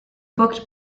booked